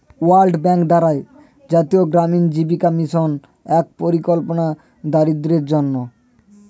world bank দ্বারা জাতীয় গ্রামীণ জীবিকা মিশন এক পরিকল্পনা দরিদ্রদের জন্যে